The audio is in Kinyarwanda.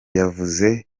yavuze